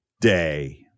Day